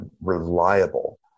reliable